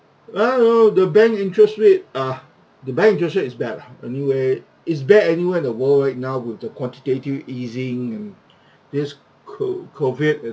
uh oh the bank interest rate ah the bank interest rate is bad lah anyway is bad anywhere in the world right now with the quantitative easing and this co~ COVID